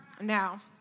Now